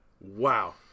Wow